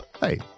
Hey